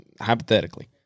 hypothetically